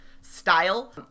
style